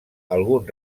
algun